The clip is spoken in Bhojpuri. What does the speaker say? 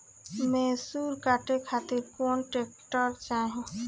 मैसूर काटे खातिर कौन ट्रैक्टर चाहीं?